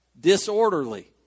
disorderly